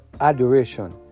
adoration